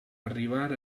arribar